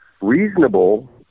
reasonable